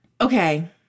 Okay